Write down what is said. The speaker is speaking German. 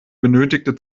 benötigte